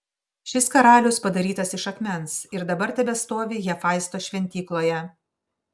šis karalius padarytas iš akmens ir dabar tebestovi hefaisto šventykloje